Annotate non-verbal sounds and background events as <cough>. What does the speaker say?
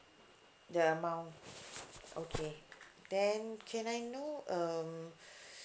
the amount okay then can I know um <breath>